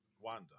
Wanda